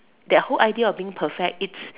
that whole idea of being perfect it's